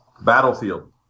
battlefield